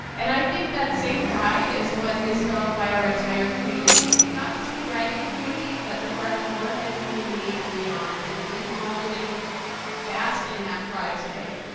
and i think that same pride is what is felt by our entire community. not just the dragon community but the fargo-warhead community and beyond. and we can all really bask in that pride today.